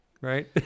right